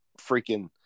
freaking